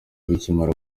bikimara